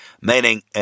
meaning